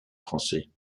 français